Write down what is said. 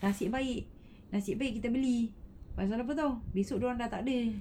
nasib baik nasib baik kita beli lepas tu apa [tau] esok dia orang dah tak ada